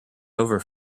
over